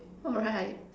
alright